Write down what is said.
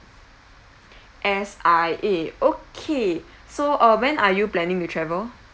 S_I_A okay so uh when are you planning to travel